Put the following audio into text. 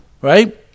right